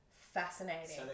Fascinating